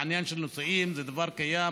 העניין של נישואים זה דבר קיים.